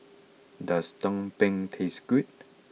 does Tumpeng taste good